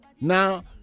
Now